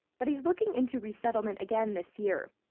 but he's looking into resettlement again this year,